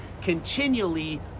continually